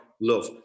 love